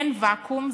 אין ואקום,